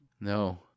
No